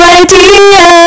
idea